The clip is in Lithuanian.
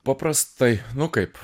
paprastai nu kaip